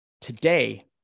today